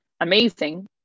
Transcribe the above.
amazing